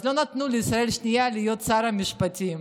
אז לא נתנו לישראל השנייה להיות שר המשפטים.